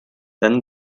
then